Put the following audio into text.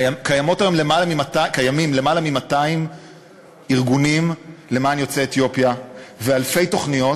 קיימים היום למעלה מ-200 ארגונים למען יוצאי אתיופיה ואלפי תוכניות,